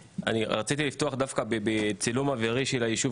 רציתי לפתוח דווקא בצילום אווירי של היישוב